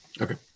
Okay